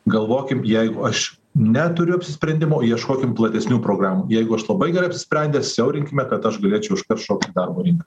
galvokim jeigu aš neturiu apsisprendimo ieškokim platesnių programų jeigu aš labai gerai apsisprendęs siaurinkime kad aš galėčiau iškart šokti į darbo rinką